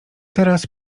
teraz